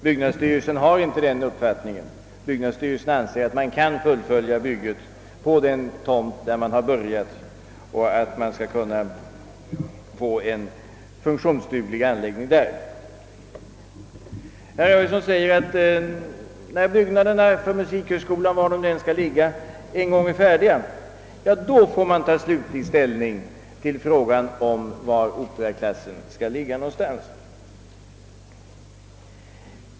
Byggnadsstyrelsen har inte denna uppfattning utan anser att man kan fullfölja byggandet på den tomt där man har börjat och att mån skall kunna få en funktionsduglig anläggning där. Herr Arvidson sade att när byggnaderna för musikhögskolan, var de än skall ligga, en gång är färdiga får man ta slutlig ställning till frågan om vart operaklassen skall förläggas.